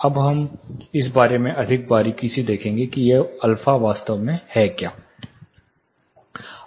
अब हम इस बारे में अधिक बारीकी से देखेंगे कि यह α वास्तव में क्या है